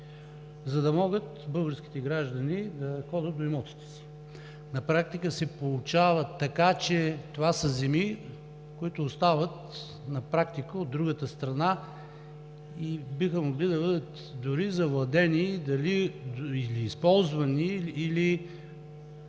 за да могат българските граждани да ходят до имотите си. На практика се получава така, че това са земи, които остават от другата страна и биха могли да бъдат завладени, използвани или